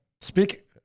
speak